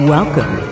Welcome